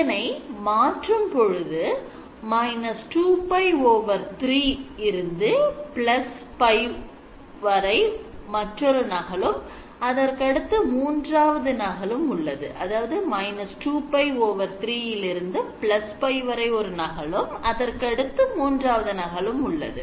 இதனை மாற்றும் பொழுது −2π 3 π இல் மற்றொரு நகலும் அதற்கடுத்து மூன்றாவது நகலும் உள்ளது